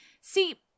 See